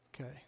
okay